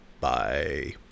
Bye